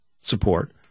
support